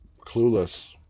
Clueless